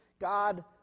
God